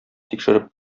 тикшереп